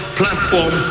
platform